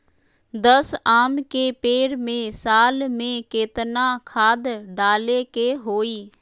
दस आम के पेड़ में साल में केतना खाद्य डाले के होई?